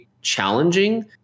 challenging